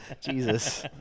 Jesus